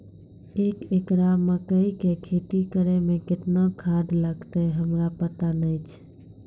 एक एकरऽ मकई के खेती करै मे केतना खाद लागतै हमरा पता नैय छै?